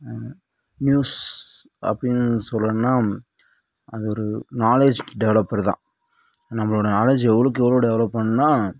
news அப்படின்னு சொல்லணுன்னா அது ஒரு நாலேட்ஜ் டெவெலப்பர் தான் நம்மளோடய நாலேட்ஜ் எவ்வளோக்கு எவ்வளோ டெவெலப் பண்ணணுனா